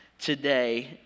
today